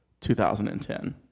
2010